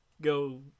go